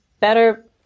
better